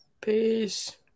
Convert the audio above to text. Peace